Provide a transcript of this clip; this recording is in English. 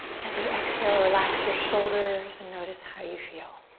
as you exhale, relax your shoulders and notice how you feel.